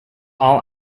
all